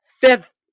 fifth